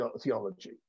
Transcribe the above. theology